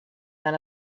than